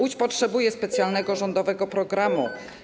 Łódź potrzebuje specjalnego rządowego programu.